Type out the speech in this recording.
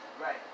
Right